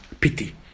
pity